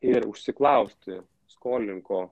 ir užsiklausti skolinko